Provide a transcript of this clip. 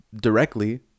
directly